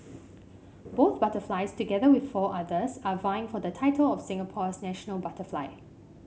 both butterflies together with four others are vying for the title of Singapore's national butterfly